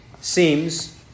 seems